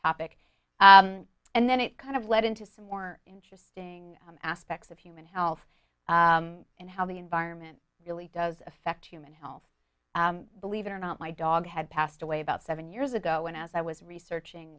topic and then it kind of led into some more interesting aspects of human health and how the environment really does affect human health believe it or not my dog had passed away about seven years ago and as i was researching